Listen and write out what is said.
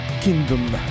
Kingdom